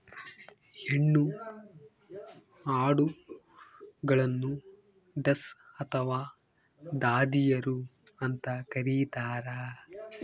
ಹೆಣ್ಣು ಆಡುಗಳನ್ನು ಡಸ್ ಅಥವಾ ದಾದಿಯರು ಅಂತ ಕರೀತಾರ